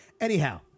Anyhow